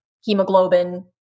hemoglobin